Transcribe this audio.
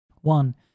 one